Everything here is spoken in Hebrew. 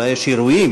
אולי יש אירועים,